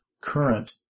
current